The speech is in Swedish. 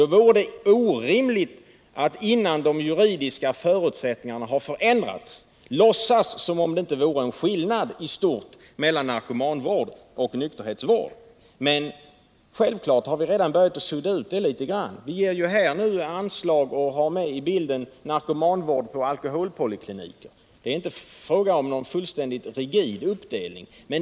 Det vore därför orimligt att, innan de juridiska förutsättningarna förändrats, låtsas som om det inte fanns någon skillnad i stort mellan narkomanvård och nykterhetsvård. Självklart har vi redan börjat sudda ut denna litet grand. Vi ger här anslag till och har med i bilden narkomanvård på alkoholpoliklinikerna. Det är alltså inte fråga om någon fullständigt rigid uppdelning.